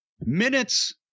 minutes